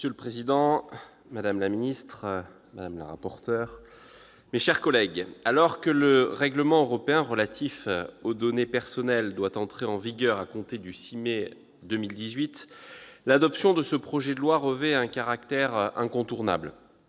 Monsieur le président, madame la garde des sceaux, madame la rapporteur, mes chers collègues, alors que le règlement européen relatif aux données personnelles doit entrer en vigueur à compter du 6 mai 2018, l'adoption du présent projet de loi revêt un caractère incontournable.